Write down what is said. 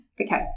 Okay